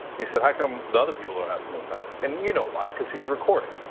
he said how come the other people don't have to move back? and you know why, cuz he's recording.